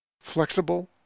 Flexible